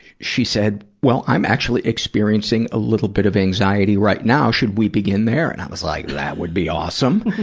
she said, well, i'm actually experiencing a little bit of anxiety right now, should be begin there? and i was like, that would be awesome!